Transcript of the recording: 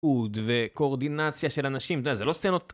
עוד וקואורדינציה של אנשים, אתה יודע, זה לא סצנות